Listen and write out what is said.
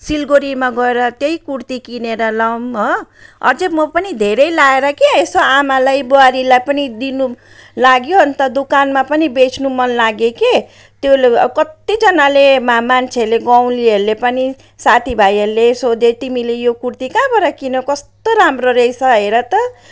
सिलगढीमा गएर त्यही कुर्ती किनेर लगाऊँ हो अझै म पनि धेरै ल्याएर के यसो आमालाई बुहारीलाई पनि दिनु लाग्यो अन्त दोकानमा पनि बेच्नु मनलाग्यो कि त्यसले कत्तिजनाले मा मान्छेले गाउँलेहरूले पनि साथीभाइहरूले सोध्यो तिमीले यो कुर्ती कहाँबाट किन्यौ कस्तो राम्रो रहेछ हेर त